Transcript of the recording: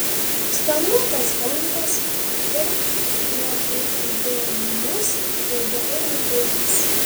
sparnuotas gandas pirm jo atlėkęs buvo mus jau gerai nuteikęs